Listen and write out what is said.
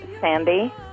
Sandy